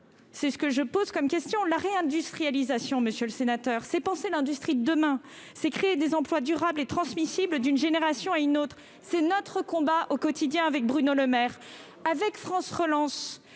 question que je pose ! La réindustrialisation, monsieur le sénateur, demande de penser l'industrie de demain, de créer des emplois durables et transmissibles d'une génération à une autre. C'est notre combat au quotidien, avec Bruno Le Maire. Avec France Relance,